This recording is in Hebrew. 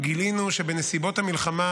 גילינו שבנסיבות המלחמה,